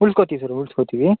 ಉಳ್ಸ್ಕೊತೀವಿ sir ಉಳಿಸ್ಕೋತೀವಿ